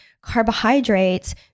carbohydrates